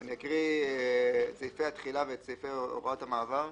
אקריא את סעיפי התחילה ואת סעיפי הוראות המעבר.